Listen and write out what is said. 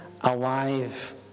alive